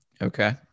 okay